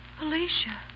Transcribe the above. Alicia